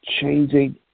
changing